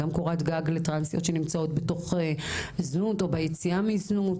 גם לטרנסיות שנמצאות בתוך הזנות או ביציאה ממעגל הזנות.